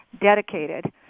dedicated